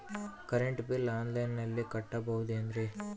Current bill ಆನ್ಲೈನಿನಲ್ಲಿ ಕಟ್ಟಬಹುದು ಏನ್ರಿ?